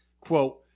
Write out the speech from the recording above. Quote